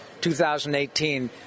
2018